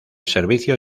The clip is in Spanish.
servicio